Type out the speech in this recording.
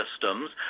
systems